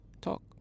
Talk